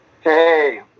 hey